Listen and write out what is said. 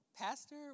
Pastor